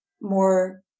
more